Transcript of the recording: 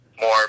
more